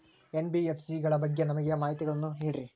NBFC ಗಳ ಬಗ್ಗೆ ನಮಗೆ ಮಾಹಿತಿಗಳನ್ನ ನೀಡ್ರಿ?